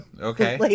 okay